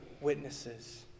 witnesses